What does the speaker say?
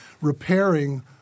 repairing